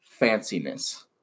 fanciness